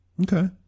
Okay